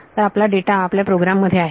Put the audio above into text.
तर आता आपला डेटा आपल्या प्रोग्राम मध्ये आहे